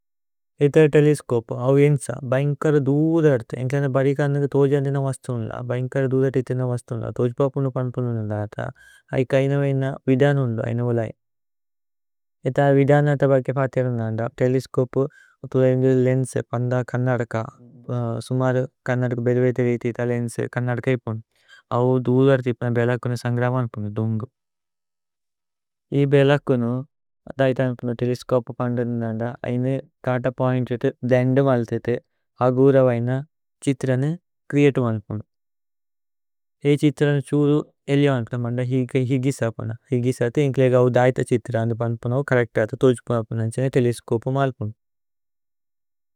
ഏത തേലേസ്കോപ് ഔ ഏന്സ ബൈന്കര ദൂ ധര്ഥ്। ഏന്ക്ലന്ദ ബരി കര്നക് തോജന് ദേന വസ്തു ഉന്ല। ഭൈന്കര ദൂ ധര്ഥ് ഇതേന വസ്തു ഉന്ല തോജ്പ। പുന പന്പുനു ദേന ധര്ത ഐക ഐന വേന। വിദന ഉന്ല ഐന ഉലൈ। ഏത വിദന ധര്ത ബഗ। ഫത്യ ദേന ധര്ത തേലേസ്കോപ് തുല ഇന്ദു ലേന്സ്। പന്ദ കര്നദക സുമര കര്നദക ബേദുവേദ। രീതിത ലേന്സ് കര്നദക ഇപുന് ഔ ദൂ ധര്ഥ്। ഇപ്ന ബേലകുനു സന്ഗ്രമ ഉന്പുനു ദുമ്ബു ഇ। ബേലകുനു തേലേസ്കോപു പന്ദ। ദേന ധര്ത ഐന ധര്ത പോഇന്തേതേ ദേന്ദ। മലതേതേ അഗുര വേന ഛിത്രനേ। ച്രേഅതേ മലപുനു ഛിത്രനേ സുരു ഏലിഅ വന്പിത। മന്ദ ഹിഗിസ പന്ന ഹിഗിസ തേ ഏന്ക്ലേഗ ഔ। ധര്ഥ ഛിത്രനേ പന്പുനു കോര്രേക്തത തോജ്പ പന്ന ഛ്ഹനേ തേലേസ്കോപു മലപുനു।